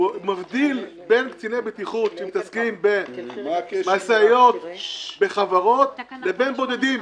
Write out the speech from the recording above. הוא מבדיל בין קציני בטיחות שמתעסקים במשאיות בחברות לבין בודדים.